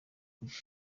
kugira